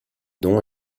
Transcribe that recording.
dons